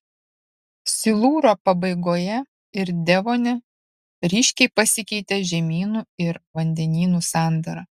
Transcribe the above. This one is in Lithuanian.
silūro pabaigoje ir devone ryškiai pasikeitė žemynų ir vandenynų sandara